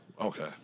Okay